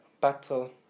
battle